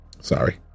Sorry